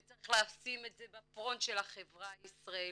וצריך לשים את זה בפרונט של החברה הישראלית.